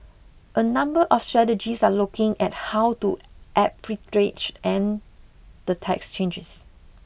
a number of strategists are looking at how to arbitrage and the tax changes